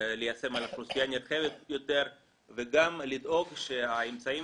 ליישם על אוכלוסייה נרחבת יותר וגם לדאוג שהאמצעים